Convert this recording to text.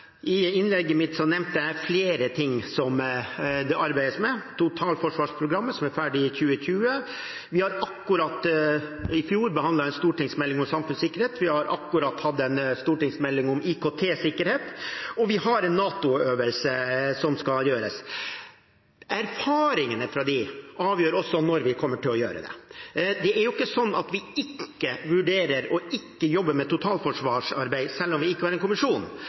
I innlegget mitt nevnte jeg flere ting som det arbeides med. Totalforsvarsprogrammet skal være ferdig i 2020. Vi behandlet i fjor en stortingsmelding om samfunnssikkerhet. Vi har akkurat hatt en stortingsmelding om IKT-sikkerhet. Og vi har en NATO-øvelse som skal gjennomføres. Erfaringene fra disse avgjør når vi kommer til å gjøre det. Det er jo ikke sånn at vi ikke vurderer å jobbe med totalforsvarsarbeid selv om vi ikke har en kommisjon,